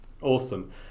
Awesome